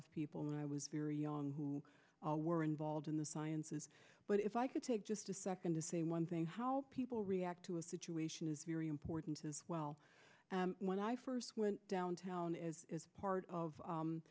of people and i was very young who were involved in the sciences but if i could take just a second to say one thing how people react to a situation is very important as well when i first went downtown as part of